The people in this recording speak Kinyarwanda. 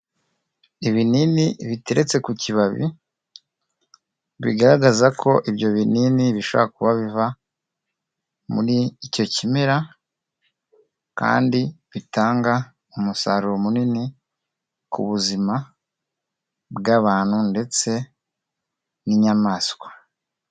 Ibinini biteretse ku kibabi bigaragaza ko ibyo binini bishobora kuba biva muri icyo kimera kandi bitanga umusaruro munini ku buzima bw'abantu ndetse n'inyamaswa.